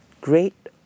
Great